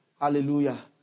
Hallelujah